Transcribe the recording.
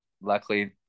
luckily